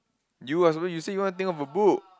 you are supposed you said one thing about book